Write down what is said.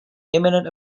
imminent